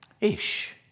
Ish